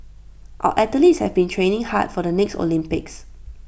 our athletes have been training hard for the next Olympics